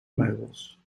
meubels